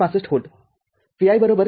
६५ V Vi ०